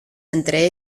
entre